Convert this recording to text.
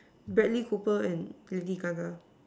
Bradley Cooper and Lady Gaga